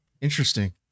Interesting